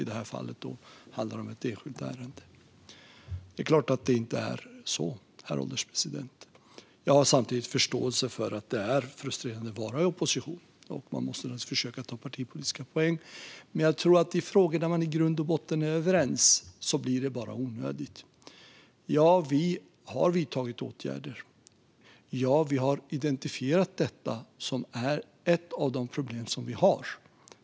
I det här fallet handlar det om ett enskilt ärende. Det är klart att det inte är så, herr ålderspresident. Jag har samtidigt förståelse för att det är frustrerande att vara i opposition och att man måste försöka ta partipolitiska poäng, men jag tror att i frågor där man i grund och botten är överens blir det bara onödigt. Ja, vi har vidtagit åtgärder. Ja, vi har identifierat ett av de problem som vi har.